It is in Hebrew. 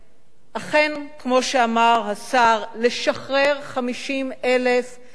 אכן, כמו שאמר השר, לשחרר 50,000 אנשים